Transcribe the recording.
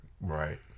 Right